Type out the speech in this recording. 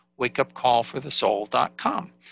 wakeupcallforthesoul.com